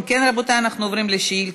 אם כן, רבותי, אנחנו עוברים לשאילתות.